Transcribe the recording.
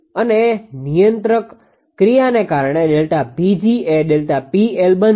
અને આ નિયંત્રક ક્રિયાને કારણે ΔPg એ ΔPL બનશે